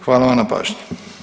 Hvala vam na pažnji.